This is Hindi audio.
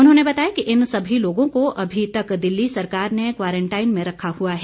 उन्होंने बताया कि इन सभी लोगों को अभी तक दिल्ली सरकार ने क्वारंटाइन में रखा हुआ है